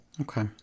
okay